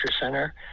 center